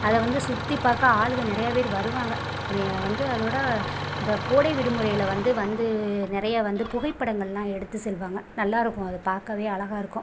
அதை வந்து சுற்றி பார்க்க ஆளுங்க நிறைய பேர் வருவாங்க வே வந்து அதோடு அந்த கோடை விடுமுறையில் வந்து வந்து நிறைய வந்து புகைப்படங்கள்லாம் எடுத்து செல்வாங்க நல்லா இருக்கும் அதை பார்க்கவே அழகாக இருக்கும்